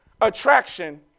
attraction